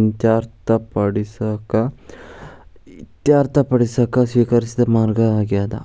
ಇತ್ಯರ್ಥಪಡಿಸಕ ಸ್ವೇಕರಿಸಿದ ಮಾರ್ಗ ಆಗ್ಯಾದ